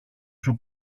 σου